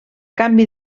canvi